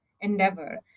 endeavor